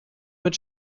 mit